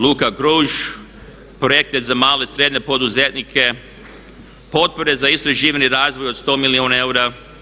Luka Gruž, projekti za male i srednje poduzetnike, potpore za istraživanje i razvoj od 100 milijuna eura.